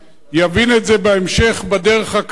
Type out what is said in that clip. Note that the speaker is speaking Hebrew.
יבין את זה בהמשך בדרך הקשה.